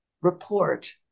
report